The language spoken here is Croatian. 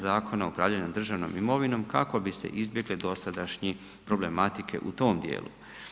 Zakona o upravljanju državnom imovinom kako bi se izbjegle dosadašnje problematike u tom dijelu.